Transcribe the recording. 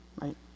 Right